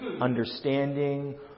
understanding